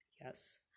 yes